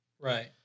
Right